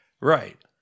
Right